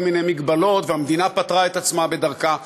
מיני מגבלות והמדינה פטרה את עצמה בדרכה.